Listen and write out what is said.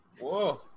Whoa